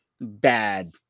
bad